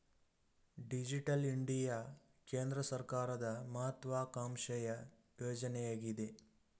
digital India ಕೇಂದ್ರ ಸರ್ಕಾರದ ಮಹತ್ವಾಕಾಂಕ್ಷೆಯ ಯೋಜನೆಯಗಿದೆ